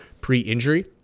pre-injury